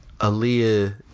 aaliyah